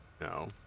no